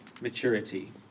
maturity